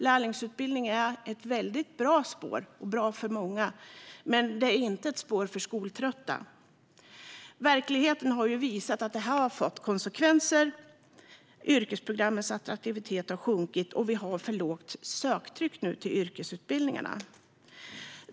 Lärlingsutbildning är ett väldigt bra spår för många, men det är inte ett spår för skoltrötta. Verkligheten har visat att detta har fått konsekvenser. Yrkesprogrammens attraktivitet har sjunkit, och vi har nu ett alldeles för lågt söktryck till yrkesutbildningarna.